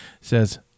says